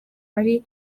ari